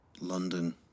London